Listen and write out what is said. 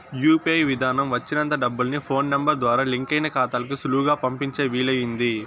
UPI విదానం వచ్చినంత డబ్బుల్ని ఫోన్ నెంబరు ద్వారా లింకయిన కాతాలకు సులువుగా పంపించే వీలయింది